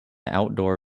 outdoor